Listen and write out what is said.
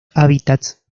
hábitats